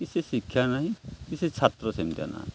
କି ସେ ଶିକ୍ଷା ନାହିଁ କି ସେ ଛାତ୍ର ସେମିତିଆ ନାହାଁନ୍ତି